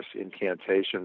incantations